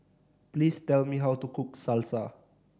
please tell me how to cook Salsa